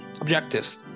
objectives